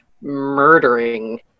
murdering